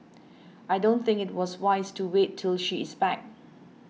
I don't think it was wise to wait till she is back